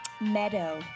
Meadow